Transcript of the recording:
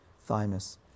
thymus